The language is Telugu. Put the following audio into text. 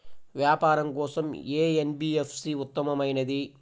వ్యాపారం కోసం ఏ ఎన్.బీ.ఎఫ్.సి ఉత్తమమైనది?